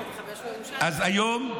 אז היום,